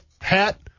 hat